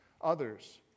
others